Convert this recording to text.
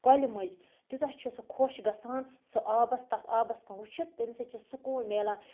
کۄلہِ مٔنٛزۍ تیوٗتاہ چھِ سُہ خۄش گژھان سُہ آبَس تَتھ آبَس کُن وٕچھِتھ تمہِ سۭتۍ چھِ سکوٗن مِلان